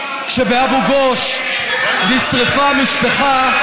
כשבאבו גוש נשרפה משפחה,